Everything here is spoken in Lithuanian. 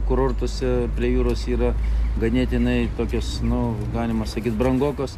kurortuose prie jūros yra ganėtinai tokios nu galima sakyt brangokos